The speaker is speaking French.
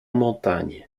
montagne